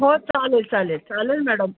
हो चालेल चालेल चालेल मॅडम